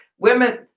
Women